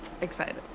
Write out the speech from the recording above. excited